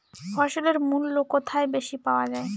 ফসলের মূল্য কোথায় বেশি পাওয়া যায়?